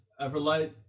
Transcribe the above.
Everlight